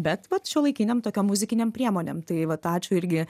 bet vat šiuolaikinėm tokiom muzikinėm priemonėm tai vat ačiū irgi